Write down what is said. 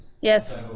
yes